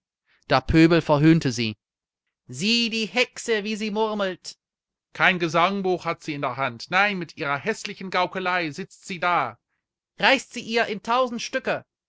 der pöbel verhönte sie sieh die hexe wie sie murmelt kein gesangbuch hat sie in der hand nein mit ihrer häßlichen gaukelei sitzt sie da reißt sie ihr in tausend stücke